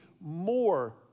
more